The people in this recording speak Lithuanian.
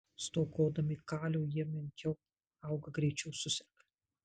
stokodami kalio jie menkiau auga greičiau suserga